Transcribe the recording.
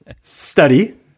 study